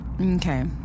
Okay